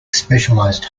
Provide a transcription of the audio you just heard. specialized